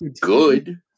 good